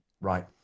right